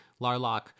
Larlock